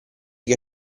che